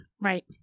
Right